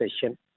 session